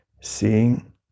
Seeing